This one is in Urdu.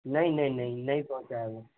نہیں نہیں نہیں نہیں پہنچا ہے ابھی